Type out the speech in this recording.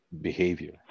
behavior